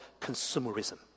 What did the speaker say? consumerism